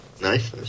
Nice